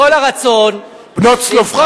בנות צלפחד.